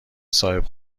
صاحب